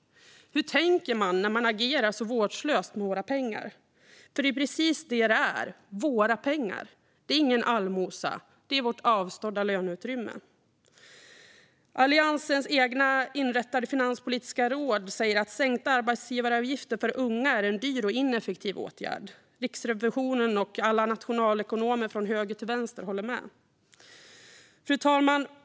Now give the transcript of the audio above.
Hur tänker man när man agerar så vårdslöst med våra pengar? För det är ju precis vad det är: våra pengar. Det är ingen allmosa; det är vårt avstådda löneutrymme. Alliansens egeninrättade finanspolitiska råd säger att sänkta arbetsgivaravgifter för unga är en dyr och ineffektiv åtgärd. Riksrevisionen och alla nationalekonomer från höger till vänster håller med. Fru talman!